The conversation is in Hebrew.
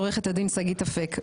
עורכת הדין שגית אפק,